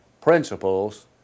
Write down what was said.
Principles